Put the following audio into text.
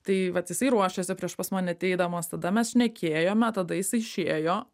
tai vat jisai ruošėsi prieš pas mane ateidamas tada mes šnekėjome tada jisai išėjo